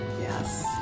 Yes